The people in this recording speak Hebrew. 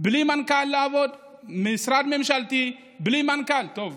בלי מנכ"ל, משרד ממשלתי בלי מנכ"ל, טוב,